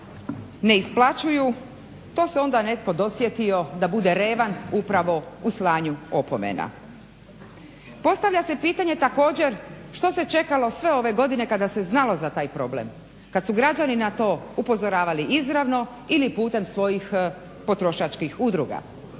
ne isplaćuju to se onda netko dosjetio da bude revan upravo u slanju opomena. Postavlja se pitanje također što se čekalo sve ove godine kada se znalo za taj problem, kad su građani na to upozoravali izravno ili putem svojih potrošačkih udruga.